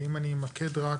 ואם אני אמקד רק